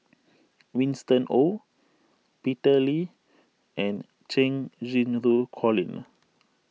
Winston Oh Peter Lee and Cheng Xinru Colin